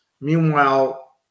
Meanwhile